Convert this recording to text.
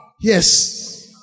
Yes